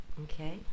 okay